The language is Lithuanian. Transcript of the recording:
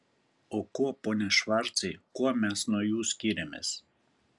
o kuo pone švarcai kuo mes nuo jų skiriamės